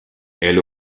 elle